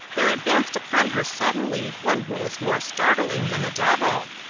there advanced upon her suddenly one who was more startling than a devil.